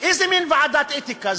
איזה מין ועדת אתיקה?